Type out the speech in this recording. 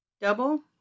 Double